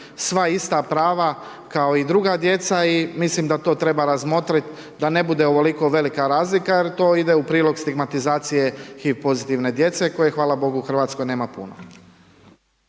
sva ista prava kao i druga djeca i mislim da to treba razmotriti da ne bude ovoliko velika razlika jer to ide u prilog stigmatizacije HIV pozitivne djece koje hvala bogu u RH nema puno.